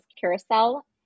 Carousel